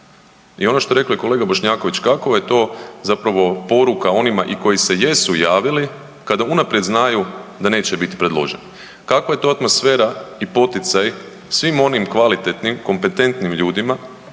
I ono što je rekao i kolega Bošnjaković kakva je to zapravo poruka onima i koji se jesu javili kada unaprijed znaju da neće bit predloženi? Kakva je to atmosfera i poticaj svim onim kvalitetnim i kompetentnim ljudima